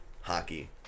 Hockey